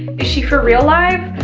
is she for real live?